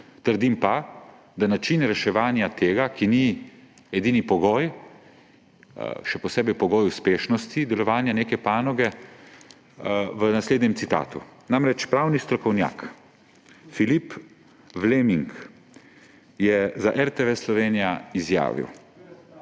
Trdim pa, da je način reševanja tega, ki ni edini pogoj, še posebej pogoj uspešnosti delovanja neke panoge, v naslednjem citatu. Pravni strokovnjak Philippe Vlaemminck je za RTV Slovenija izjavil: